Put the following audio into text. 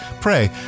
Pray